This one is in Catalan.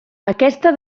aquesta